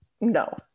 no